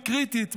היא קריטית,